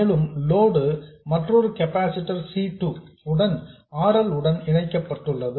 மேலும் லோடு மற்றொரு capacitor C 2 உடன் R L உடன் இணைக்கப்பட்டுள்ளது